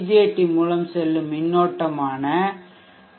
D மூலம் செல்லும் மின்னோட்டமான ஐ